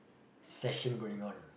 session going on